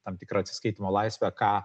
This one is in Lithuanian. tam tikrą atsiskaitymo laisvę ką